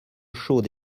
chaude